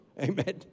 Amen